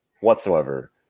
whatsoever